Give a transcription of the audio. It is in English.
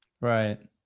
Right